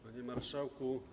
Panie Marszałku!